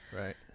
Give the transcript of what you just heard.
Right